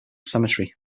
cemetery